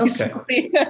okay